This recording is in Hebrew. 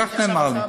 כך נאמר לי.